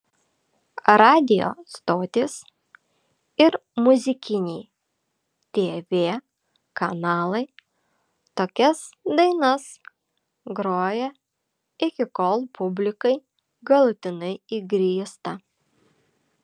radijo stotys ir muzikiniai tv kanalai tokias dainas groja iki kol publikai galutinai įgrysta